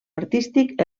artístic